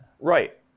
right